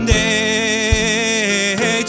day